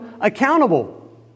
accountable